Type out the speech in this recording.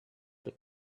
but